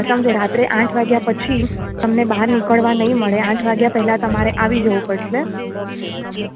સમજો રાત્રે આઠ વાગ્યા પછી તમને બહાર નીકળવા નહીં મળે આઠ વાગ્યા પહેલાં તમારે આવી જવું પડશે